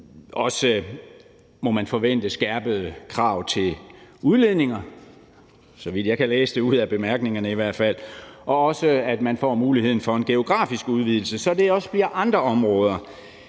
også, må man forvente, skærpede krav til udledninger, i hvert fald så vidt jeg kan læse det ud af bemærkningerne, og også, at man får muligheden for en geografisk udvidelse, så det også bliver andre områder